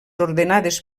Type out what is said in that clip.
ordenades